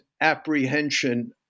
apprehension